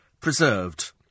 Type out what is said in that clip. Preserved